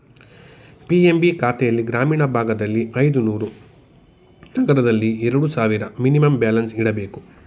PMB ಖಾತೆಲ್ಲಿ ಗ್ರಾಮೀಣ ಭಾಗದಲ್ಲಿ ಐದುನೂರು, ನಗರದಲ್ಲಿ ಎರಡು ಸಾವಿರ ಮಿನಿಮಮ್ ಬ್ಯಾಲೆನ್ಸ್ ಇಡಬೇಕು